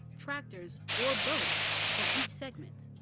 tractors, or both for each segment.